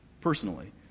personally